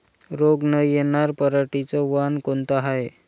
रोग न येनार पराटीचं वान कोनतं हाये?